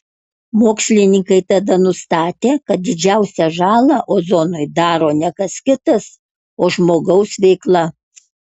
mokslininkai tada nustatė kad didžiausią žalą ozonui daro ne kas kitas o žmogaus veikla